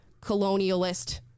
colonialist